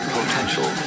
potential